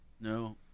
No